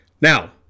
Now